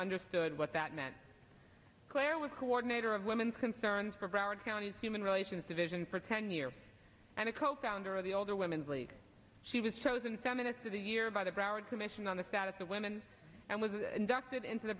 understood what that meant claire was a coordinator of women concerned for broward county's human relations division for ten years and a co founder of the older women's league she was chosen feminist of the year by the broward commission on the status of women and was inducted into the